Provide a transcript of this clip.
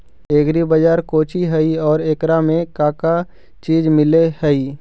Agri बाजार कोची हई और एकरा में का का चीज मिलै हई?